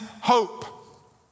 hope